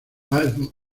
páez